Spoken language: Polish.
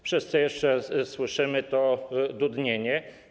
Wszyscy jeszcze słyszymy to dudnienie.